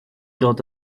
dod